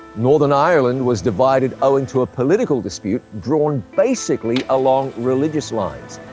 northern ireland was divided owing to a political dispute drawn basically along religious lines.